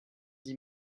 dix